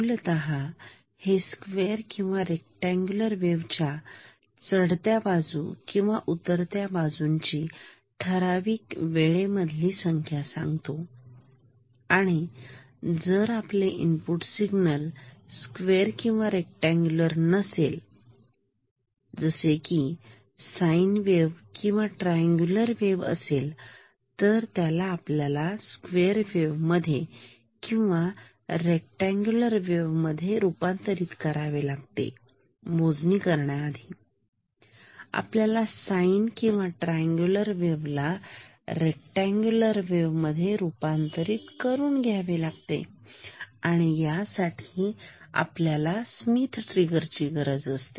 मूलतः हे स्क्वेअर किंवा रेक्टांगुलार वेव्हच्या चढत्या बाजू किंवा उतरत्या बाजूंची ठराविक वेळ मधली संख्या सांगतो आणि जर आपले इनपुट सिग्नल स्क्वेअर किंवा रेक्टांगुलार नसेल तर जसे की साईन वेव्ह किंवा ट्रायअंगुलर वेव्ह असेल तर त्याला आपल्याला स्क्वेअर वेव्ह मध्ये किंवा रेक्टांगुलार वेव्ह मध्ये रुपांतरीत करावे लागते मोजणी करण्याआधी आपल्याला साईन किंवा ट्रायअंगुलर वेव्ह ला रेक्टांगुलार वेब मध्ये रूपांतरित करावे लागते आणि यासाठी आपल्याला स्मिथ ट्रिगर ची गरज असते